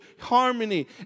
harmony